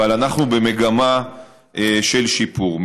אבל אנחנו במגמה של שיפור.